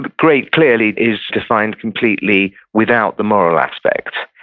great clearly is defined completely without the moral aspect,